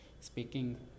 Speaking